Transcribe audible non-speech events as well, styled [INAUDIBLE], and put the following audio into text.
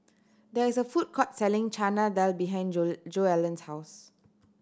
there is a food court selling Chana Dal behind [UNINTELLIGIBLE] Joellen's house